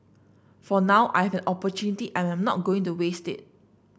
for now I have an opportunity and I'm not going to waste it